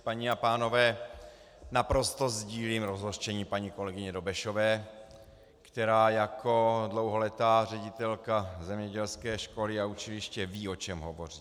Paní a pánové, naprosto sdílím rozhořčení paní kolegyně Dobešové, která jako dlouholetá ředitelka zemědělské školy a učiliště ví, o čem hovoří.